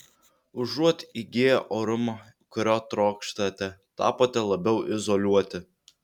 užuot įgiję orumo kurio trokštate tapote labiau izoliuoti